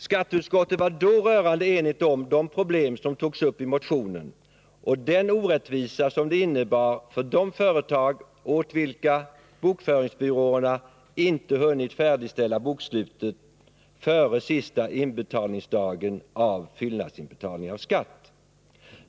Skatteutskottet var då rörande enigt om de problem som togs upp i motionen och den orättvisa som uppstod för de företag åt vilka bokföringsbyråerna inte hunnit färdigställa boksluten före sista dagen för fyllnadsinbetalning av skatt.